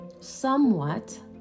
somewhat